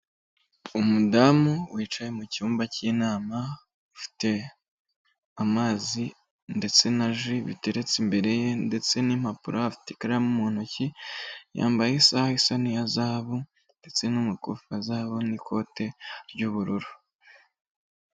Umudamu wicaye mu cyumba cy'inama, ufite amazi ndetse na ji biteretse imbere ye ndetse n'impapuro afite ikaramu mu ntoki, yambaye isaha isa n'iya zahabu ndetse n'umukufi wa zahabu n'ikote ry'ubururu.